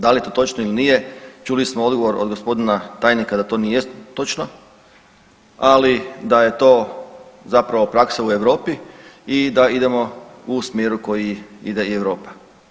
Da li je to točno ili nije čuli smo odgovor od gospodina tajnika da to nije točno, ali da je to zapravo praksa u Europi i da idemo u smjeru u kojem ide i Europa.